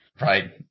Right